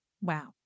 Wow